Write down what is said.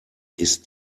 ist